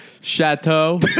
chateau